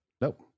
Nope